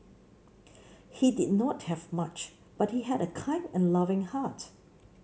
he did not have much but he had a kind and loving heart